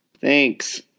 Thanks